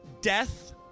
Death